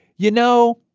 you know,